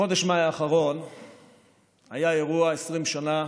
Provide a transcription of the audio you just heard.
בחודש מאי האחרון היה אירוע לציון 20 שנה